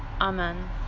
Amen